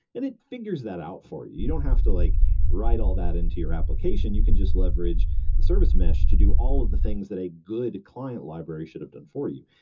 and it figures that out for you you don't have to like write all that into your application. you can just leverage the service mesh to do all of the things that a good client library should have done for you.